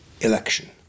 election